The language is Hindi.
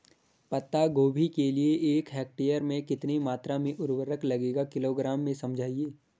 पत्ता गोभी के लिए एक हेक्टेयर में कितनी मात्रा में उर्वरक लगेगा किलोग्राम में समझाइए?